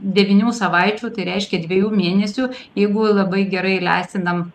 devynių savaičių tai reiškia dviejų mėnesių jeigu labai gerai lestinam